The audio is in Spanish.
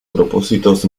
propósitos